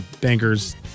bankers